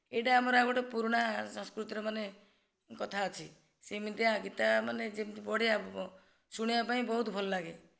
ଏଇଟା ଆମର ଆଉ ଗୋଟେ ପୁରୁଣା ସଂସ୍କୃତିର ମାନେ କଥା ଅଛି ସେମିତିଆ ଗୀତା ମାନେ ଯେମିତି ବଢ଼ିଆ ଶୁଣିବା ପାଇଁ ବହୁତ ଭଲ ଲାଗେ